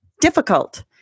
difficult